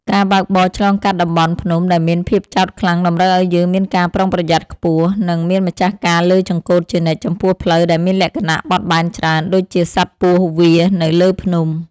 ការបើកបរឆ្លងកាត់តំបន់ភ្នំដែលមានភាពចោតខ្លាំងតម្រូវឱ្យយើងមានការប្រុងប្រយ័ត្នខ្ពស់ និង មានម្ចាស់ការលើចង្កូតជានិច្ចចំពោះផ្លូវដែលមានលក្ខណៈបត់បែនច្រើនដូចជាសត្វពស់វារនៅលើភ្នំ។